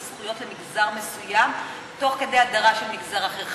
זכויות למגזר מסוים תוך כדי הדרה של מגזר אחר?